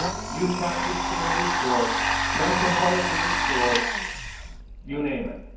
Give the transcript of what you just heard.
youth concert series or young composers or you name it,